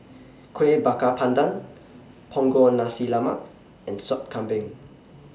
Kuih Bakar Pandan Punggol Nasi Lemak and Sup Kambing